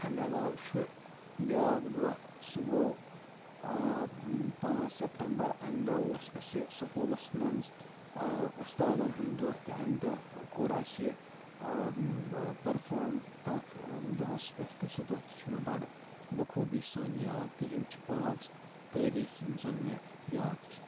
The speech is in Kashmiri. امہِ علاوٕ چھُ بیاکھ دۄہ سُہ گوٚو پانٛژھ سٮ۪پٹمبَر امہِ دۄہ اوس اَسہِ سکوٗلَس منٛز اُستادَن ہُنٛد دۄہ تہِ امہِ دۄہ کوٚر اَسہِ پٔرفارم تَتھ دۄہَس پٮ۪ٹھ تہِ سُہ دۄہ تہِ چھُ مےٚ بَڑٕ بخوٗبی سان یاد تہِ یِم چھِ پانٛژھ تٲریٖخ یِم زَن مےٚ یاد چھِ